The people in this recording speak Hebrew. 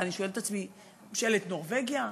אני שואלת את עצמי, ממשלת נורבגיה?